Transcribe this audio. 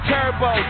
Turbo